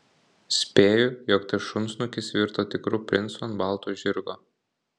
spėju jog tas šunsnukis virto tikru princu ant balto žirgo